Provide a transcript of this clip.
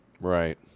right